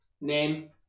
Name